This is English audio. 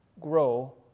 grow